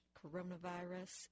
coronavirus